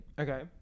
Okay